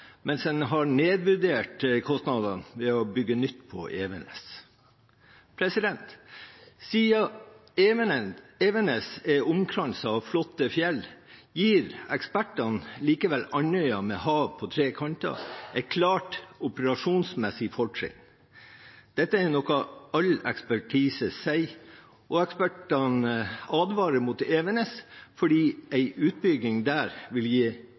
mens en har nedvurdert kostnadene ved å bygge nytt på Evenes. Siden Evenes er omkranset av flotte fjell, gir ekspertene Andøya med hav på tre kanter et klart operasjonsmessig fortrinn. Dette er noe all ekspertise sier, ekspertene advarer mot Evenes fordi en utbygging der vil